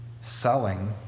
selling